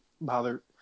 bother